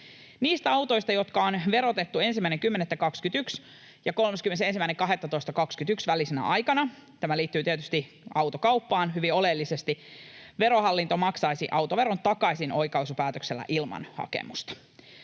Niistä autoista, jotka on verotettu 1.10.2021 ja 31.12.2021 välisenä aikana — tämä liittyy tietysti autokauppaan hyvin oleellisesti — Verohallinto maksaisi autoveron takaisin oikaisupäätöksellä ilman hakemusta.